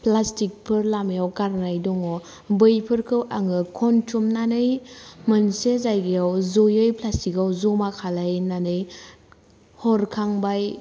प्लास्टिकफोर लामायाव गारनाय दङ बैफोरखौ आङो खनथुमनानै मोनसे जायगायाव ज'यै प्लास्टिकाव ज'मा खालायनानै हरखांबाय